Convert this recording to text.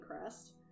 crest